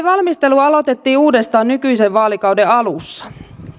valmistelu aloitettiin uudestaan nykyisen vaalikauden alussa